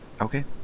Okay